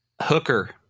Hooker